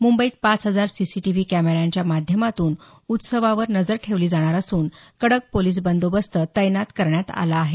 म्बईत पाच हजार सीसीटीव्ही कॅमेऱ्यांच्या माध्यमातून उत्सवावर नजर ठेवली जाणार असून कडक पोलीस बंदोबस्त तैनात करण्यात आला आहे